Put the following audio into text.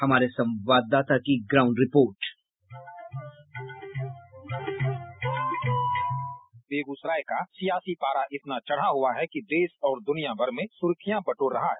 हमारे संवाददाता की ग्राउंड रिपोर्ट बाईट बेगूसराय का सियासी पारा इतना चढ़ा हुआ है कि देश और दुनिया भर में सुर्खियां बटोर रहा है